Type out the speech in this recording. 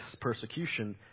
persecution